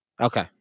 Okay